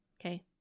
okay